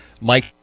Mike